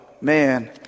man